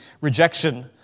rejection